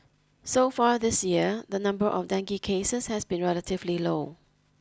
so far this year the number of dengue cases has been relatively low